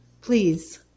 please